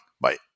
Bye